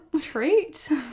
treat